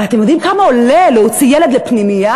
אבל, אתם יודעים כמה עולה להוציא ילד לפנימייה?